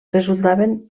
resultaven